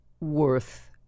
worth